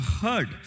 heard